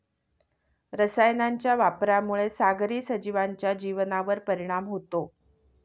रसायनांच्या वापरामुळे सागरी सजीवांच्या जीवनावर परिणाम होतो